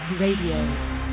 Radio